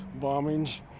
bombings